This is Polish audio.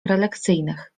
prelekcyjnych